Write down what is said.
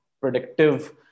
predictive